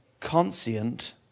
conscient